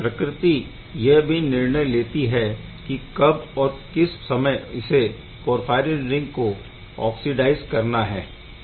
प्रकृति यह भी निर्णय लेती है कि कब और किस समय इसे पोरफ़ाईरिन रिंग को ओक्सीडाइज़ करना है